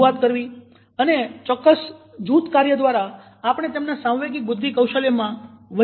રજૂઆત કરવી અને ચોક્કસ જૂથ કાર્ય દ્વારા આપણે તેમના સાંવેગિક બુદ્ધિ કૌશલ્યમાં વધારો કરી શકીએ